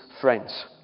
friends